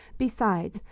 besides,